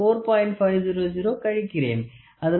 500 கழிக்கிறேன்